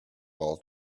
all